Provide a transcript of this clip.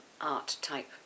art-type